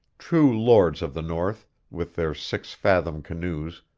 true lords of the north, with their six-fathom canoes,